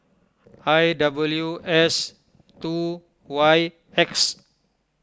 I W S two Y X